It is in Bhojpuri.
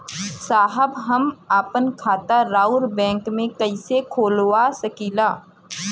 साहब हम आपन खाता राउर बैंक में कैसे खोलवा सकीला?